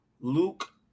Luke